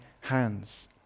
hands